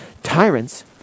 Tyrants